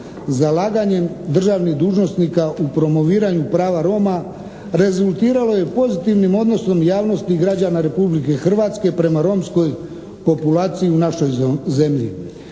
zalaganjem državnih dužnosnika u promoviranju prava Roma rezultiralo je pozitivnim odnosom javnosti i građana Republike Hrvatske prema romskoj populaciji u našoj zemlji.